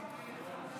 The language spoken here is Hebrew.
התשפ"א 2021, נתקבלה.